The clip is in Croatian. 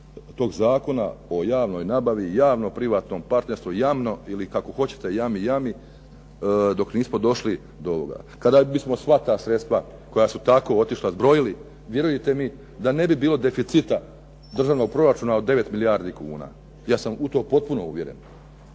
tog Zakona o javnoj nabavi i javno-privatnom partnerstvu, jamno ili kako hoćete jami, jami dok nismo došli do ovoga. Kada bismo sva ta sredstva koja su tako otišla zbrojili vjerujte mi da ne bi bilo deficita državnog proračuna od 9 milijardi kuna. Ja sam u to potpuno uvjeren.